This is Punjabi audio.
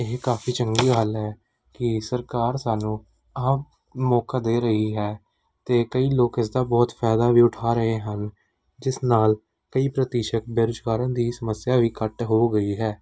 ਇਹ ਕਾਫੀ ਚੰਗੀ ਹੱਲ ਹੈ ਕਿ ਸਰਕਾਰ ਸਾਨੂੰ ਆਪ ਮੌਕਾ ਦੇ ਰਹੀ ਹੈ ਅਤੇ ਕਈ ਲੋਕ ਇਸ ਦਾ ਬਹੁਤ ਫਾਇਦਾ ਵੀ ਉਠਾ ਰਹੇ ਹਨ ਜਿਸ ਨਾਲ ਕਈ ਪ੍ਰਤੀਸ਼ਤ ਬੇਰੁਜ਼ਗਾਰਾਂ ਦੀ ਸਮੱਸਿਆ ਵੀ ਘੱਟ ਹੋ ਗਈ ਹੈ